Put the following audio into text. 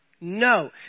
No